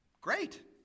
Great